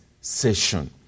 session